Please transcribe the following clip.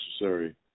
necessary